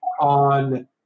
on